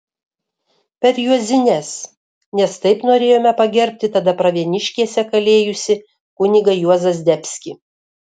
per juozines nes taip norėjome pagerbti tada pravieniškėse kalėjusi kunigą juozą zdebskį